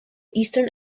eastern